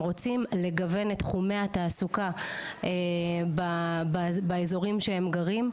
רוצים לגוון את תחומי התעסוקה באזורים שהם גרים,